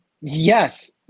Yes